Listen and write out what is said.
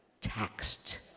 taxed